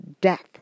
death